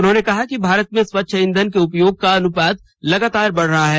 उन्होंने कहा कि भारत में स्वच्छ इंधन के उपयोग का अनुपात लगातार बढ़ रहा है